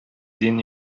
дин